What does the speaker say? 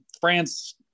France